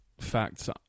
facts